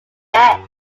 death